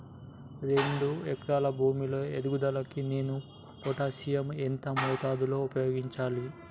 రెండు ఎకరాల భూమి లో ఎదుగుదలకి నేను పొటాషియం ఎంత మోతాదు లో ఉపయోగించాలి?